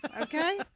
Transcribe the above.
okay